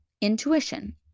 Intuition